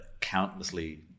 countlessly